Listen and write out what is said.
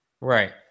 Right